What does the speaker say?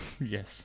Yes